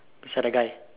which are the guy